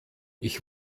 ich